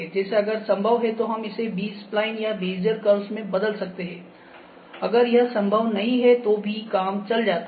जैसे अगर संभव है तो हम इसे बी स्पलाइन या बेज़ियर कर्व्स में बदल सकते हैं अगर यह संभव नहीं है तो भी काम चल जाता है